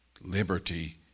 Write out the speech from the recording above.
liberty